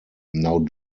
now